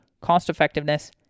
cost-effectiveness